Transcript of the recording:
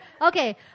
Okay